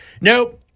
Nope